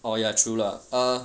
orh ya true lah ah